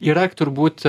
yra turbūt